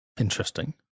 Interesting